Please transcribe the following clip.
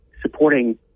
supporting